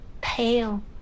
Pale